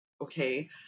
okay